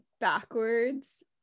backwards